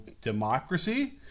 democracy